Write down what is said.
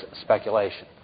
speculation